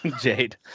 jade